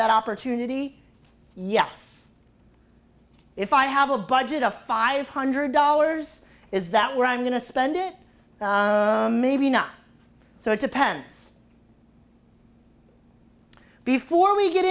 that opportunity yes if i have a budget of five hundred dollars is that where i'm going to spend it maybe not so it depends before we get